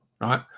right